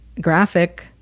graphic